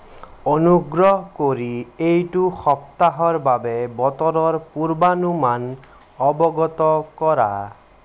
অনুগ্ৰহ কৰি এইটো সপ্তাহৰ বাবে বতৰৰ পূৰ্বানুমান অৱগত কৰা